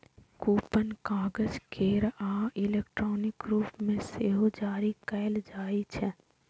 coupon कागज केर आ इलेक्ट्रॉनिक रूप मे सेहो जारी कैल जाइ छै